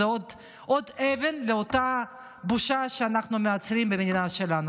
עוד אבן באותה בושה שאנחנו מייצרים במדינה שלנו.